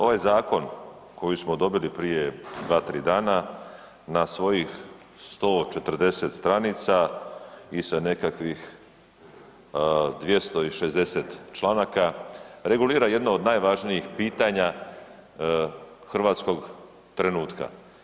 Ovaj zakon koji smo dobili prije 2, 3 dana na svojih 140 stranica i sa nekakvih 260 članaka, regulira jedno od najvažnijih pitanja hrvatskog trenutka.